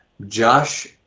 josh